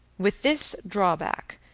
with this drawback,